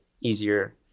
easier